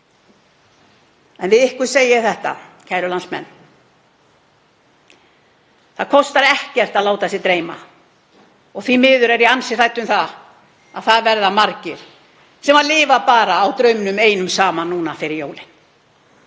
Við ykkur segi ég þetta, kæru landsmenn: Það kostar ekkert að láta sig dreyma. Og því miður er ég ansi hrædd um að það verði margir sem lifa bara á draumnum einum saman núna fyrir jólin.